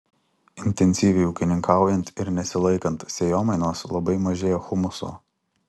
intensyviai ūkininkaujant ir nesilaikant sėjomainos labai mažėja humuso